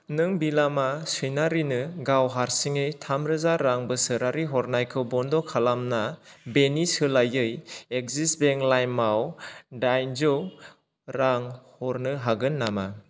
नों बिलिमा सैनारिनो गाव हारसिङै थामरोजा रां बोसोरारि हरनायखौ बन्द' खालामना बेनि सोलायै एक्सिस बेंक लाइमआव दाइनजौ रां हर हागोन नामा